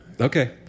Okay